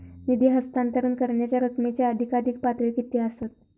निधी हस्तांतरण करण्यांच्या रकमेची अधिकाधिक पातळी किती असात?